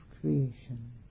creation